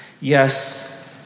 Yes